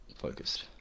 focused